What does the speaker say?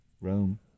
Rome